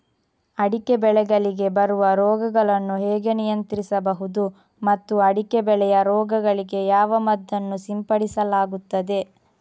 ಅಡಿಕೆ ಬೆಳೆಗಳಿಗೆ ಬರುವ ರೋಗಗಳನ್ನು ಹೇಗೆ ನಿಯಂತ್ರಿಸಬಹುದು ಮತ್ತು ಅಡಿಕೆ ಬೆಳೆಯ ರೋಗಗಳಿಗೆ ಯಾವ ಮದ್ದನ್ನು ಸಿಂಪಡಿಸಲಾಗುತ್ತದೆ?